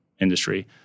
industry